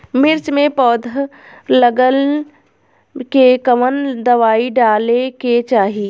मिर्च मे पौध गलन के कवन दवाई डाले के चाही?